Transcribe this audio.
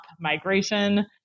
migration